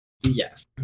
Yes